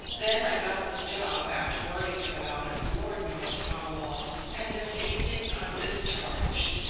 then i got this job after worrying about it lord knows how long, and this evening i'm discharged.